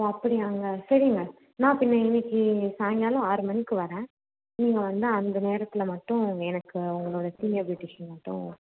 ஓ அப்படியாங்க சரிங்க நான் அப்போ இன்றைக்கி சாயங்காலம் ஆறு மணிக்கு வரேன் நீங்கள் வந்து அந்த நேரத்தில் மட்டும் எனக்கு உங்களோடய சீனியர் ப்யூட்டிஷன் மட்டும்